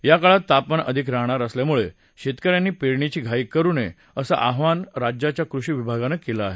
या काळात तापमान अधिक राहणार असल्यामुळे शेतकऱ्यांनी पेरणीची घाई करू नये असं आवाहन राज्याच्या कृषी विभागानं केलं आहे